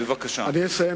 אני אסיים,